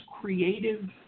creative